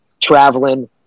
traveling